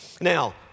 Now